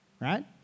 right